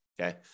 okay